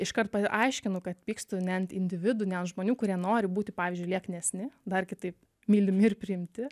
iš karto paaiškinu kad pykstu net individų net žmonių kurie nori būti pavyzdžiui lieknesni dar kitaip mylimi ir priimti